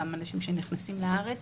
גם אנשים שנכנסים לארץ.